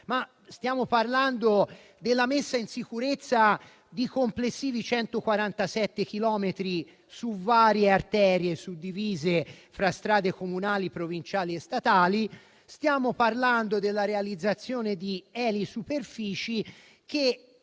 stiamo parlando della messa in sicurezza di 147 chilometri complessivi su varie arterie suddivise fra strade comunali, provinciali e statali; stiamo parlando della realizzazione di elisuperfici che